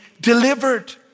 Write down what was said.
delivered